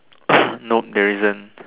nope there isn't